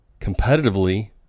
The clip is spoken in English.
competitively